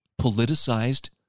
Politicized